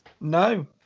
No